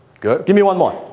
good. give me one more!